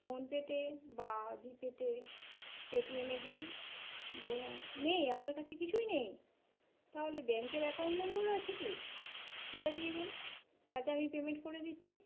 ফোনপেতে বা জিপেতে পেটিএমে কিছু ব নেই আপনার কাছে কিছুই নেই তাহলে ব্যাংকের অ্যাকাউন্ট নম্বর আছে কি সেটা দিয়ে দিন তাতে আমি পেমেন্ট করে দিচ্ছি